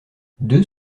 deux